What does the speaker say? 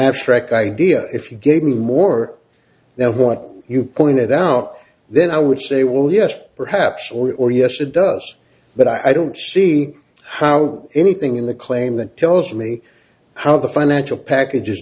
shrek idea if you gave me more than what you pointed out then i would say well yes perhaps or yes it does but i don't see how anything in the claim that tells me how the financial package